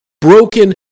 broken